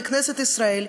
לכנסת ישראל,